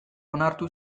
onartu